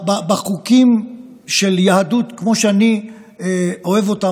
בחוקים של היהדות כמו שאני אוהב אותה,